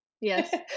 Yes